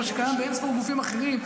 כמו שקיים באין-ספור גופים אחרים.